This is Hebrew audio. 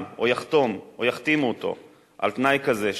או יחתום או יחתימו אותו על תנאי כזה,